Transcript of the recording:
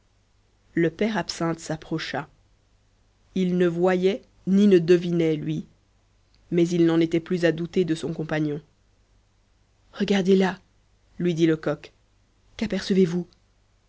le père absinthe s'approcha il ne voyait ni ne devinait lui mais il n'en était plus à douter de son compagnon regardez là lui dit lecoq